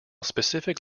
specific